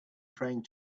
praying